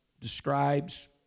describes